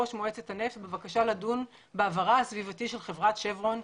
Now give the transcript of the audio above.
בבקשה לדון בעברה הסביבתי של חברת שברון,